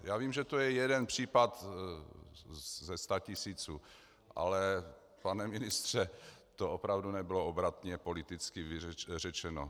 Já vím, že to je jeden případ ze statisíců, ale pane ministře, to opravdu nebylo obratně politicky řečeno.